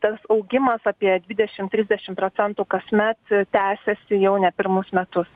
tas augimas apie dvidešim trisdešim procentų kasmet tęsiasi jau ne pirmus metus